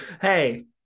hey